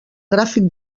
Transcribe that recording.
gràfic